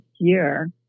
year